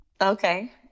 okay